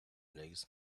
legs